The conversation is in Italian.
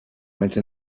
mentre